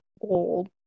old